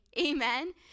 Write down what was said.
Amen